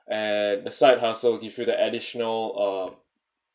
at the side hustle for the additional uh